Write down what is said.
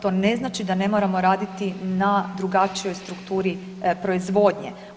To ne znači da ne moramo raditi na drugačijoj strukturi proizvodnje.